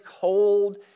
cold